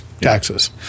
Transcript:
taxes